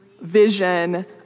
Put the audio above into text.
vision